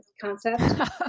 concept